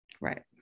Right